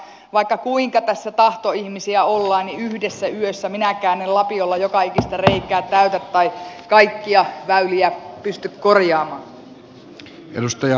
mutta vaikka kuinka tässä tahtoihmisiä ollaan niin yhdessä yössä minäkään en lapiolla joka ikistä reikää täytä tai kaikkia väyliä pysty korjaamaan